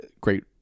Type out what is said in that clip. Great